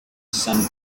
some